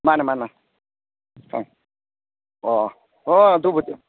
ꯃꯥꯅꯦ ꯃꯅꯦ ꯃꯥꯅꯦ ꯈꯪꯏ ꯑꯣ ꯑꯣ ꯑꯗꯨꯕꯨꯗꯤ